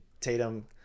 Tatum